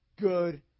good